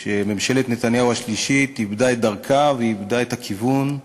שממשלת נתניהו השלישית איבדה את דרכה ואיבדה את הכיוון,